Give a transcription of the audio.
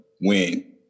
win